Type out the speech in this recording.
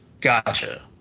Gotcha